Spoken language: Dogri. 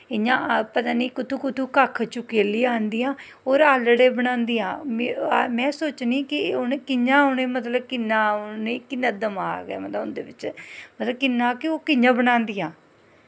इ'यां पता निं कुत्थूं कक्ख चुक्कियै लेआंदियां होर आलड़े बनांदियां में सोचनी कि कि'यां उ'नें मतलब किन्ना दमाक ऐ उं'दे बिच्च मतलब मतलब केह् ओह् कि'यां बनांदिया